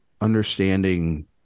understanding